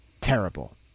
terrible